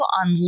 on